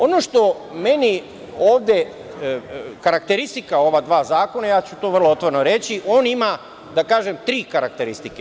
Ono što je meni ovde karakteristika ova dva zakona, ja ću to vrlo otvoreno reći, on ima da kažem tri karakteristike.